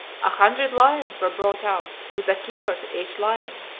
a hundred lions were brought out, with a keeper to each lion.